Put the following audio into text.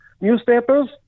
newspapers